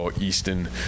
Easton